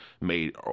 made